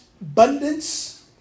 abundance